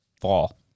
fall